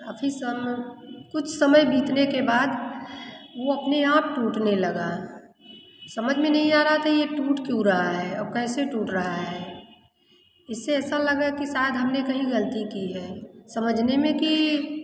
काफ़ी समय कुछ समय बीतने के बाद वह अपने आप टूटने लगा समझ में नहीं आ रहा था कि यह टूट क्यों रहा है अब कैसे टूट रहा है इसे ऐसा लगा कि शायद हमने कहीं गलती की है समझने में की